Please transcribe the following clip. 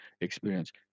experience